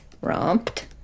rumped